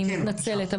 אני מתנצלת.